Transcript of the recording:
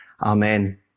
Amen